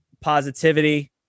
positivity